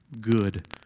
good